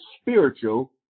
spiritual